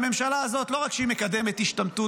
הממשלה הזאת לא רק שהיא מקדמת השתמטות